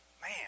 Man